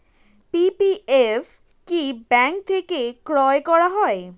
PPF কি bank থেকে ক্রয় করা যায়?